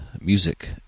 Music